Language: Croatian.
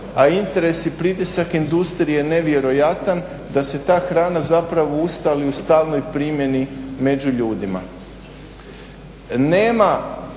a interes i pritisak industrije je nevjerojatan da se ta hrana zapravo ustali u stalnoj primjeni među ljudima. Nema